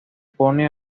pone